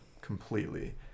completely